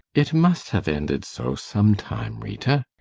it must have ended so, sometime, rita.